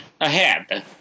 ahead